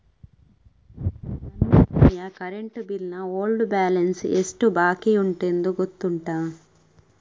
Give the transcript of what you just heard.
ನನ್ನ ಮನೆಯ current bill ನ ಓಲ್ಡ್ ಬ್ಯಾಲೆನ್ಸ್ ಎಷ್ಟು ಬಾಕಿಯುಂಟೆಂದು ಗೊತ್ತುಂಟ?